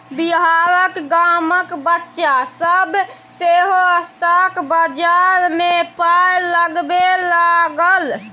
बिहारक गामक बच्चा सभ सेहो स्टॉक बजार मे पाय लगबै लागल